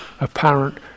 apparent